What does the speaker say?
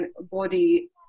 body